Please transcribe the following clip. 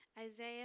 Isaiah